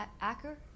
Acker